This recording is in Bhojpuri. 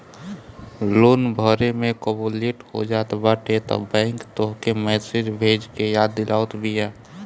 लोन भरे में कबो लेट हो जात बाटे तअ बैंक तोहके मैसेज भेज के याद दिलावत बिया